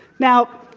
now,